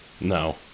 No